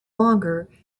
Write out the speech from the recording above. longer